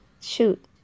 shoot